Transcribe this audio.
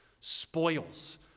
Spoils